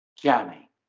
Jamie